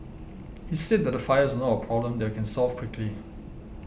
he said that the fires were not a problem that you can solve quickly